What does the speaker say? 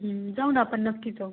जाऊ नं आपण नक्की जाऊ